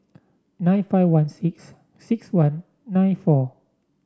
nine five one six six one nine four